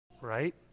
right